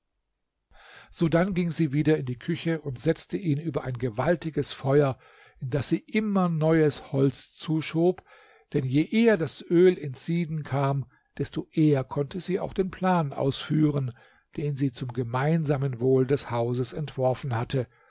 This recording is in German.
sodann ging sie wieder in die küche und setzte ihn über ein gewaltiges feuer in das sie immer neues holz zuschob denn je eher das öl ins sieden kam desto eher konnte sie auch den plan ausführen den sie zum gemeinsamen wohl des hauses entworfen hatte